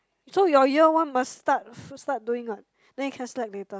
so your year one must start full start doing what then you can slap later